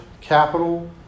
capital